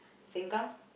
Sengkang